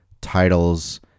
titles